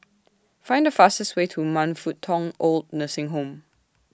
Find The fastest Way to Man Fut Tong Oid Nursing Home